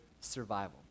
survival